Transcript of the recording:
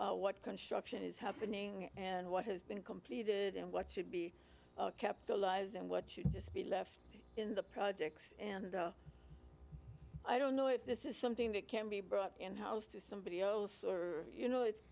what construction is happening and what has been completed and what should be kept alive and what should just be left in the projects and i don't know if this is something that can be brought in house to somebody else or you know it's